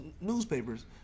newspapers